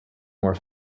more